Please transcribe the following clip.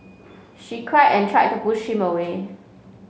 she cried and tried to push him away